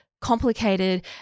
complicated